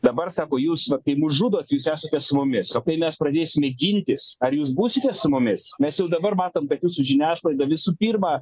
dabar sako jūs va kai mus žudo jūs esate su mumis o kai mes pradėsime gintis ar jūs būsite su mumis mes jau dabar matom kad jūsų žiniasklaida visų pirma